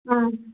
ஆ